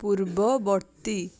ପୂର୍ବବର୍ତ୍ତୀ